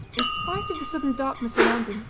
in spite of the sudden darkness around him,